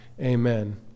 amen